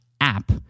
app